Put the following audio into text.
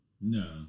No